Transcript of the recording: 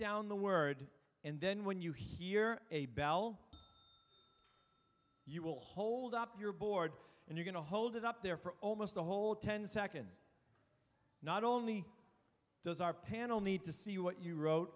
down the word and then when you hear a bell you will hold up your board and you're going to hold it up there for almost a whole ten seconds not only does our panel need to see what you wrote